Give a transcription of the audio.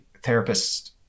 therapists